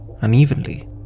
unevenly